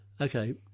okay